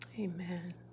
Amen